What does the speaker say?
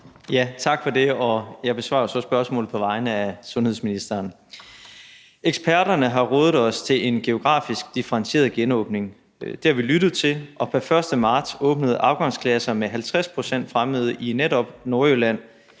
Tak for det, og jeg besvarer jo så spørgsmålet på vegne af sundhedsministeren. Eksperterne har rådet os til en geografisk differentieret genåbning. Det har vi lyttet til, og pr. 1. marts åbnede afgangsklasser med 50 pct. fremmøde i netop Nordjylland